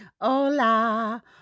hola